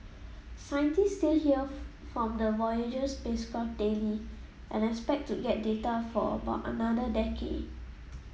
scientists still hear from the Voyager spacecraft daily and expect to get data for about another decade